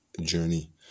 journey